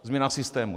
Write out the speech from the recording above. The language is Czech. Změna systému.